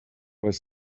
was